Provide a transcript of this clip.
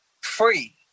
free